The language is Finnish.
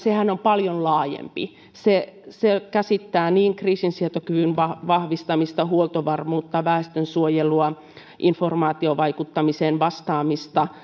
on paljon laajempi se se käsittää kriisinsietokyvyn vahvistamista huoltovarmuutta väestönsuojelua informaatiovaikuttamiseen vastaamista